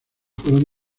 fueron